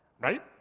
right